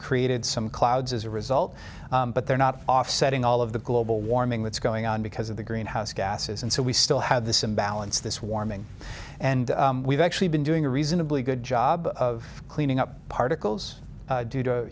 created some clouds as a result but they're not offsetting all of the global warming that's going on because of the greenhouse gases and so we still have this imbalance this warming and we've actually been doing a reasonably good job of cleaning up particles due to